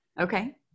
Okay